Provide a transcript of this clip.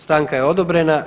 Stanka je odobrena.